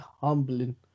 humbling